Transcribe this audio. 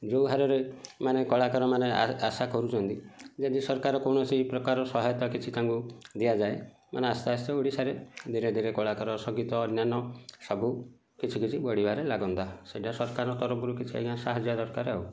ଯେଉଁ ହାରରେ ମାନେ କଳାକାରମାନେ ଆଶା କରୁଛନ୍ତି ଯଦି ସରକାର କୌଣସି ପ୍ରକାର ସହାୟତା କିଛି ତାଙ୍କୁ ଦିଆଯାଏ ମାନେ ଆସ୍ତେ ଆସ୍ତେ ଓଡ଼ିଶାରେ ଧୀରେ ଧୀରେ କଳାକାର ସଙ୍ଗୀତ ଅନ୍ୟାନ୍ୟ ସବୁ କିଛି କିଛି ବଢ଼ିବାରେ ଲାଗନ୍ତା ସେଇଟା ସରକାରଙ୍କ ତରଫରୁ କିଛି ଆଜ୍ଞା ସାହାଯ୍ୟ ଦରକାର ଆଉ